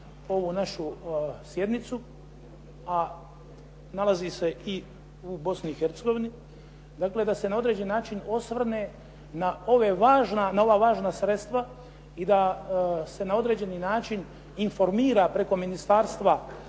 ovu našu sjednicu, a nalazi se i u Bosni i Hercegovini, dakle da se na određen način osvrne na ova važna sredstva i da se na određeni način informira preko ministarstva,